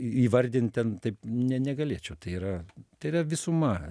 įvardint ten taip ne negalėčiau tai yra tai yra visuma